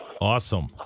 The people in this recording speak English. Awesome